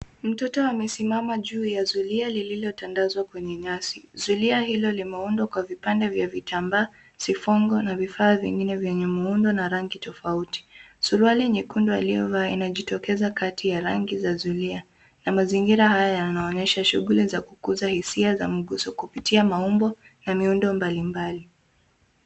Mtoto amesimama juu ya zulia lililotandazwa kwenye nyasi. Zulia hilo limeundwa kwa vipande vya vitambaa sifungo na vifaa vingine vyenye muundo na rangi tofauti. Suruali nyekundu alilovaa linajitokeza kati ya rangi za zulia na mazingira haya yanaonyesha shughuli za kukuza hisia za mguso kupitia maumbo na miundo mbalimbali.